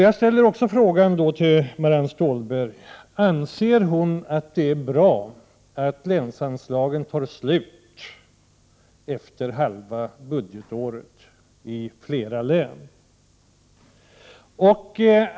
Jag vill också fråga: Anser Marianne Stålberg att det är bra att länsanslagen tar slut i flera län efter halva budgetåret?